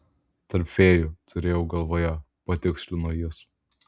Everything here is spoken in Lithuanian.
tarp fėjų turėjau galvoje patikslino jis